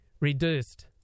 reduced